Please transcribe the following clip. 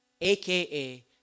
aka